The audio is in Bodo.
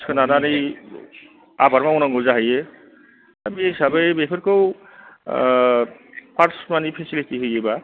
सोनारनानै आबाद मावनांगौ जाहैयो दा बे हिसाबै बेफोरखौ पार्स मानि पेसिलिटि होयोबा